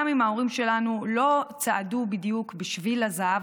גם אם ההורים שלנו לא צעדו בדיוק בשביל הזהב